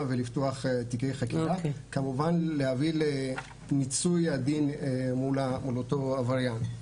ולפתוח תיקי חקירה וכמובן להביא למיצוי הדין מול אותו עבריין.